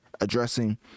addressing